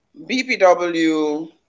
BPW